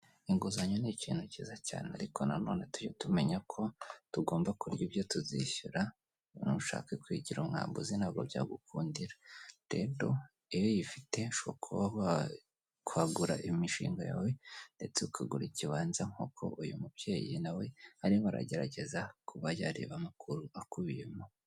Inguzanyo ni ikintu cyiza cyane ariko nanone tujye tumenya ko tugomba kurya ibyo tuzishyura nushake kwigira umwambuzi ntabwo byagukundiradedo iyo uyifitehoko kwagura imishinga yawe ndetse ukagura ikibanza nk'uko uyu mubyeyi nawe arimo aragerageza kubajyareba amakuru akubiyemo.